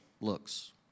looks